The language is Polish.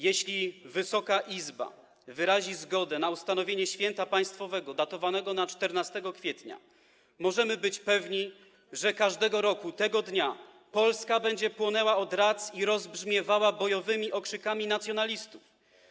Jeśli Wysoka Izba wyrazi zgodę na ustanowienie święta państwowego datowanego na 14 kwietnia, możemy być pewni, że każdego roku tego dnia Polska będzie płonęła od rac i rozbrzmiewała bojowymi okrzykami nacjonalistów.